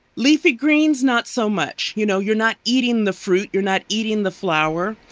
leafy greens, not so much. you know, you're not eating the fruit. you're not eating the flower.